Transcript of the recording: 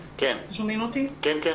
בבקשה.